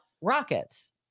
rockets